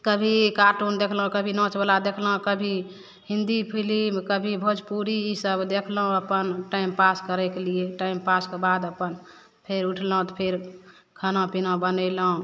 कभी कार्टून देखलहुँ कभी नाचवला देखलहुँ कभी हिन्दी फिल्म कभी भोजपुरी ईसब देखलहुँ अपन टाइम पास करयके लिए टाइम पासके बाद अपन फेर उठलहुँ तऽ फेर खाना पीना बनेलहुँ